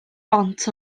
bont